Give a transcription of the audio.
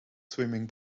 swimming